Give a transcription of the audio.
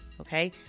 Okay